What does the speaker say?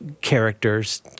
characters